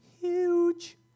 huge